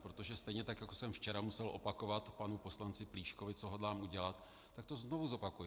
Protože stejně tak jako jsem včera musel opakovat panu poslanci Plíškovi, co hodlám udělat, tak to znovu zopakuji.